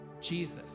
Jesus